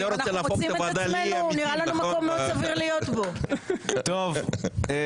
חבר הכנסת משה ארבל, בבקשה.